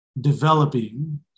developing